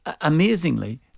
amazingly